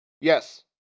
yes